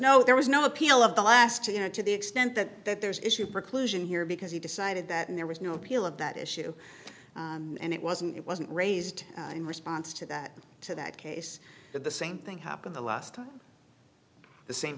no there was no appeal of the last year to the extent that there's issue preclusion here because he decided that there was no appeal of that issue and it wasn't it wasn't raised in response to that to that case the same thing happened the last time the same